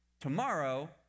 tomorrow